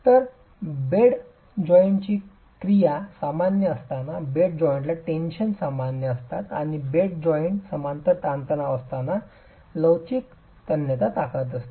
तर बेड जॉइंटची क्रिया सामान्य असताना बेड जॉइंटला टेन्शन सामान्य असताना आणि बेड जॉइंटच्या समांतर ताणतणाव असताना लवचिक तन्यता ताकद आसते